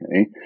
Okay